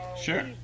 Sure